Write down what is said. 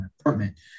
apartment